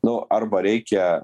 nu arba reikia